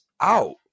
out